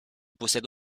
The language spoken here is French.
possède